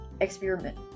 experiment